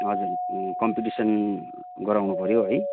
हजुर कम्पिटिसन गराउनुपऱ्यो है